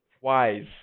Wise